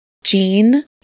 Jean